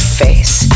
face